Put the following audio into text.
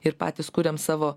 ir patys kūriam savo